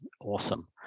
awesome